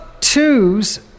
twos